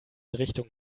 richtung